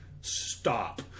stop